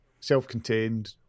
self-contained